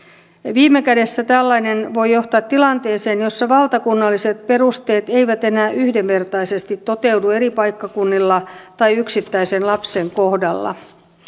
viime kädessä tällainen voi johtaa tilanteeseen jossa valtakunnalliset perusteet eivät enää yhdenvertaisesti toteudu eri paikkakunnilla tai yksittäisen lapsen kohdalla